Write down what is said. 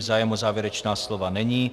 Zájem o závěrečná slova není.